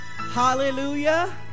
Hallelujah